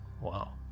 Wow